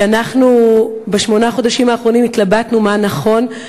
אנחנו בשמונה החודשים האחרונים התלבטנו מה נכון,